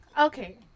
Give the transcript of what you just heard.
Okay